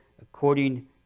according